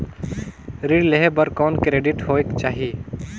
ऋण लेहे बर कौन क्रेडिट होयक चाही?